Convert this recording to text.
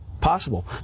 possible